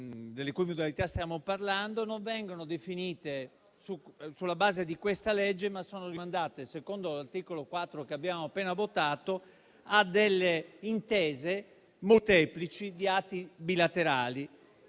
delle cui modalità stiamo parlando non vengono definite sulla base del disegno di legge in esame, ma sono rimandate, secondo l'articolo 4 che abbiamo appena votato, a delle intese molteplici di atti bilaterali,